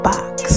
Box